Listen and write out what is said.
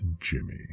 Jimmy